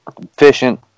efficient